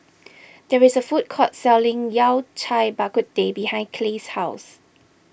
there is a food court selling Yao Cai Bak Kut Teh behind Clay's house